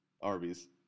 Arby's